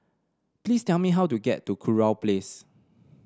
please tell me how to get to Kurau Place